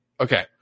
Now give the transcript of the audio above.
Okay